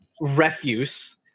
refuse